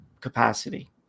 capacity